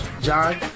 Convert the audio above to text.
John